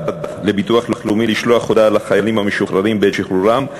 לביטוח לאומי לשלוח הודעה לחיילים משוחררים בעת שחרורם,